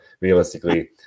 realistically